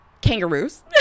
Kangaroos